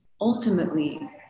ultimately